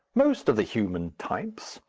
most of the human types,